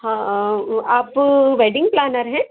हाँ ओ आप वेडिंग प्लानर हैं